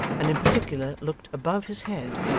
and in particular looked above his head,